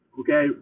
okay